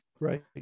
Right